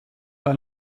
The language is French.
par